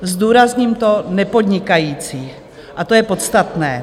Zdůrazním to nepodnikajících a to je podstatné.